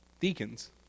deacons